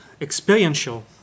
experiential